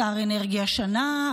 שר אנרגיה שנה,